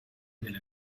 delle